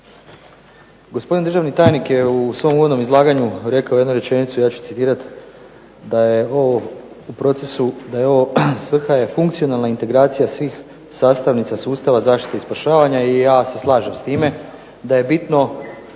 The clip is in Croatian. Gospodin državni tajnik je u svom uvodnom izlaganju rekao jednu rečenicu, ja ću citirati da je ovo u procesu, da je ovo, svrha je funkcionalna integracija svih sastavnica sustava zaštite i spašavanja, i ja se slažem s time, da je bitno